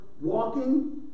walking